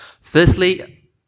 Firstly